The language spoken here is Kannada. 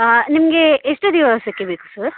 ಹಾಂ ನಿಮಗೆ ಎಷ್ಟು ದಿವಸಕ್ಕೆ ಬೇಕು ಸರ್